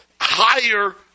higher